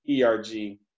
ERG